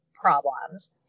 problems